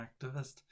activist